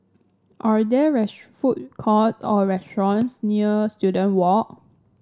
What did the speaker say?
are there rest food court or restaurants near Student Walk